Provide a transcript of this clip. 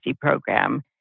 program